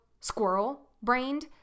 squirrel-brained